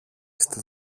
στη